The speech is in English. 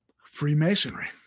Freemasonry